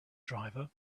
driver